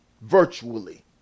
virtually